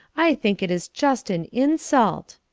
i think it is just an insult.